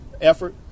effort